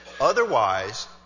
Otherwise